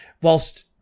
whilst